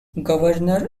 governor